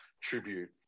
tribute